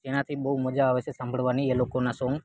જેનાથી બહુ મજા આવે છે સાંભળવાની એ લોકોના સોંગ